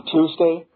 Tuesday